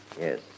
Yes